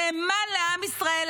נאמן לעם ישראל,